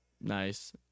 Nice